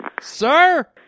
Sir